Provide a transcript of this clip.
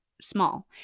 small